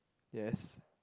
yes